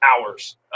hours